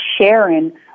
sharing